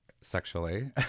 sexually